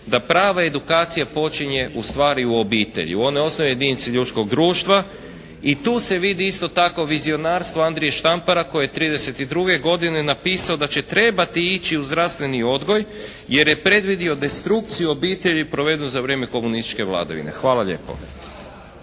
da prava edukacija počinje ustvari u obitelji, u onoj osnovnoj jedinici ljudskog društva i tu se vidi isto tako vizionarstvo Andrije Štampara koji je '32. godine napisao da će trebati ići u zdravstveni odgoj jer je predvidio destrukciju obitelji …/Govornik se ne razumije./… za vrijeme komunističke vladavine. Hvala lijepo.